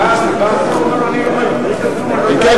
ואז כשבא השר הוא אומר: אני לא מבין